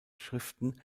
schriften